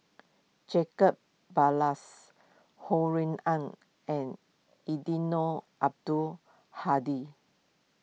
Jacob Ballas Ho Rui An and Eddino Abdul Hadi